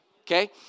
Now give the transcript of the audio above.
okay